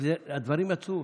והדברים יצאו.